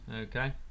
okay